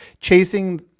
chasing